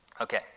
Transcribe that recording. Okay